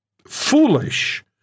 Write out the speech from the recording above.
foolish